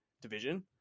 division